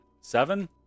Seven